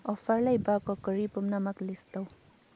offer ꯂꯩꯕ crockery ꯄꯨꯝꯅꯃꯛ list ꯇꯧ